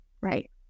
Right